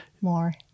more